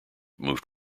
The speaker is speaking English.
moved